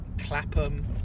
Clapham